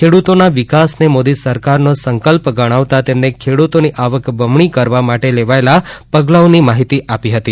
ખેડૂતોના વિકાસને મોદી સરકારનો સંકલ્પ ગણાવતા તેમને ખેડૂતોની આવક બમણી કરવા માટે લેવાયેલા પગલાઓની માહિતી આપી હતી